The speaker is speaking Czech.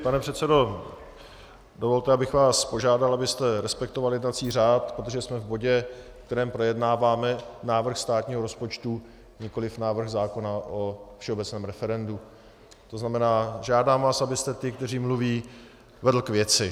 Pane předsedo, dovolte, abych vás požádal, abyste respektoval jednací řád, protože jsme v bodě, ve kterém projednáváme návrh státního rozpočtu, nikoli návrh zákona o všeobecném referendu, tzn. žádám vás, abyste ty, kteří mluví, vedl k věci.